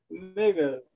Nigga